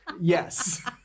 yes